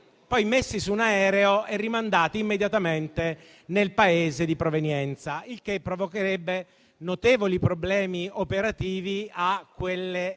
messi su un aereo e rimandati immediatamente nel Paese di provenienza, il che provocherebbe notevoli problemi operativi a quelle vere